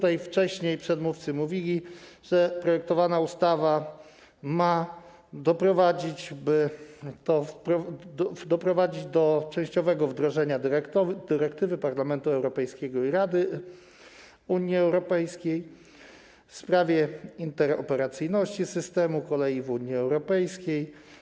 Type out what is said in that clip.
Jak już wcześniej przedmówcy mówili, projektowana ustawa ma doprowadzić do częściowego wdrożenia dyrektywy Parlamentu Europejskiego i Rady Unii Europejskiej w sprawie interoperacyjności systemu kolei w Unii Europejskiej.